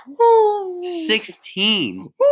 16